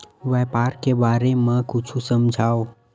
व्यापार के बारे म कुछु समझाव?